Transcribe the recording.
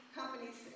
companies